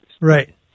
Right